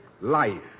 life